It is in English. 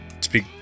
speak